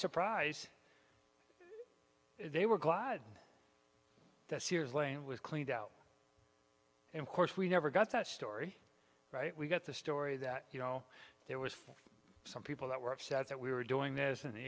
surprise they were glad that sears lane was cleaned out and of course we never got that story right we got the story that you know there was for some people that were upset that we were doing this and the